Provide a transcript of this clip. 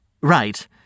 right